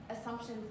assumptions